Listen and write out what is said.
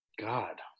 God